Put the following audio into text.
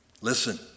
listen